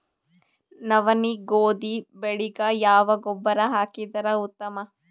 ನವನಿ, ಗೋಧಿ ಬೆಳಿಗ ಯಾವ ಗೊಬ್ಬರ ಹಾಕಿದರ ಉತ್ತಮ?